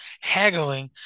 haggling